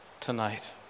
tonight